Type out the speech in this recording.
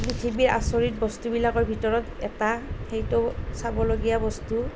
পৃথিৱীৰ আচৰিত বস্তুবিলাকৰ ভিতৰত এটা সেইটো চাবলগীয়া বস্তু